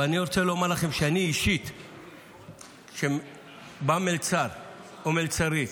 אבל אני רוצה לומר לכם שכשבאים מלצר או מלצרית